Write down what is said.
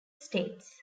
states